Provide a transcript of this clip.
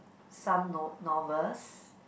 some no~ novels